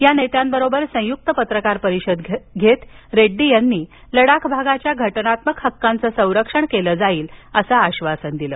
या नेत्यांबरोबर संयुक्त पत्रकार परिषद घेत रेड्डी यांनी लडाख भागाच्या घटनात्मक हक्कांचं संरक्षण केलं जाईल असं आश्वासन दिलं